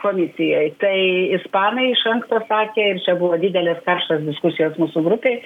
komisijoj tai ispanai iš anksto sakė ir čia buvo didelės karštos diskusijos mūsų grupėj